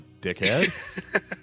dickhead